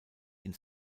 ins